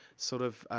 sort of,